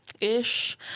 ish